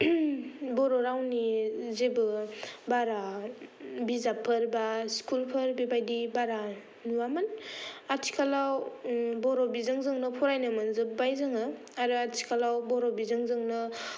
बर' रावनि जेबो बारा बिजाबफोर बा स्कुलफोर बेबायदि बारा नुवामोन आथिखालाव बर' बिजोंजोंनो फरायनो मोनजोबबाय जोङो आरो आथिखालाव बर' बिजोंजोंनो